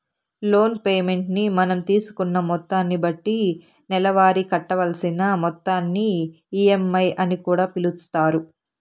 loan payment ని మనం తీసుకున్న మొత్తాన్ని బట్టి నెలవారీ కట్టవలసిన మొత్తాన్ని ఈ.ఎం.ఐ అని కూడా పిలుస్తారు